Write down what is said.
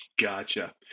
Gotcha